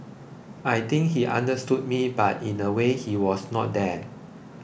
I think he understood me but in a way he was not there